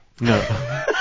No